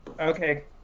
okay